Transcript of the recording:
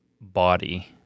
body